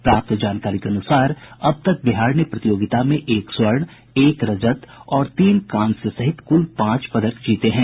प्राप्त जानकारी के अनुसार अब तक बिहार ने प्रतियोगिता में एक स्वर्ण एक रजत और तीन कांस्य सहित कुल पांच पदक जीते हैं